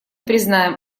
признаем